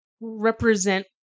represent